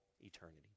eternity